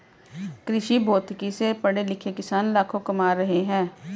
कृषिभौतिकी से पढ़े लिखे किसान लाखों कमा रहे हैं